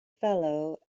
fellow